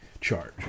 charge